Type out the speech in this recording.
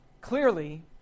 Clearly